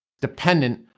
dependent